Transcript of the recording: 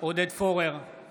עודד פורר, אינו נוכח